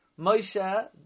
Moshe